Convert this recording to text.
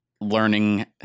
learning